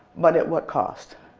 but at what cost?